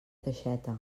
teixeta